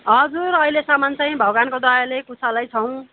हजुर अहिलेसम्म चाहिँ भगवान्को दयाले कुशलै छौँ